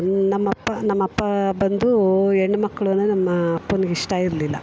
ನಮ್ಮಪ್ಪ ನಮ್ಮಪ್ಪ ಬಂದು ಹೆಣ್ಮಕ್ಳು ಅಂದರೆ ನಮ್ಮ ಅಪ್ಪಂಗೆ ಇಷ್ಟ ಇರಲಿಲ್ಲ